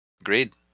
Agreed